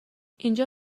اینجا